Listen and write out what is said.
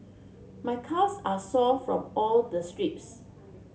my calves are sore from all the sprints